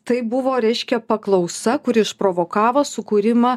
tai buvo reiškia paklausa kuri išprovokavo sukūrimą